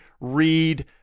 Read